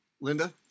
Linda